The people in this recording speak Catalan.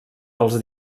pels